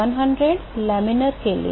2100 लामिना के लिए